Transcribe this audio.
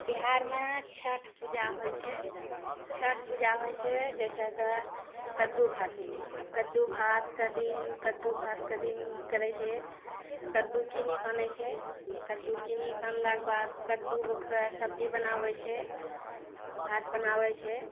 बिहार मे छठि पूजा होइ छै छठि पूजा होइ छै जैसे कद्दू भात होले कद्दू भात के दिन कद्दू भात के दिन करै छै कद्दू कीनि कऽ आनै छै कद्दू कीनि कऽ अनला के बाद कद्दू के सब्जी बनाबै छै भात बनाबै छै